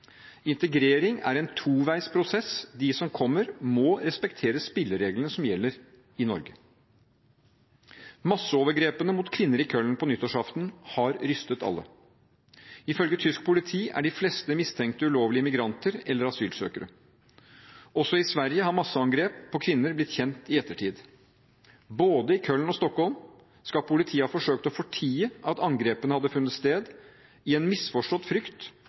Integrering er en toveisprosess. De som kommer, må respektere spillereglene som gjelder i Norge. Masseovergrepene mot kvinner i Köln på nyttårsaften har rystet alle. Ifølge tysk politi er de fleste mistenkte ulovlige immigranter eller asylsøkere. Også i Sverige har masseangrep på kvinner blitt kjent i ettertid. Både i Köln og i Stockholm skal politiet ha forsøkt å fortie at angrepene hadde funnet sted, i en misforstått frykt